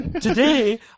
today